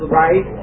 right